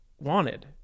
wanted